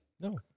No